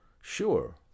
Sure